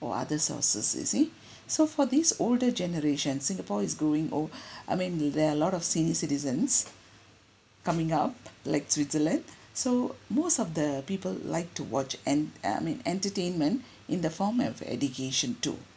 or other sources you see so for this older generation singapore is growing old I mean there are a lot of senior citizens coming up like switzerland so most of the people like to watch en~ I mean entertainment in the form of education too